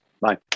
bye